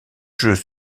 jeux